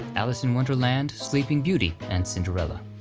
alice in wonderland, sleeping beauty, and cinderella.